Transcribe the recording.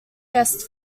guest